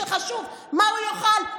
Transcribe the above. שחשוב מה הוא יאכל,